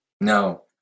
No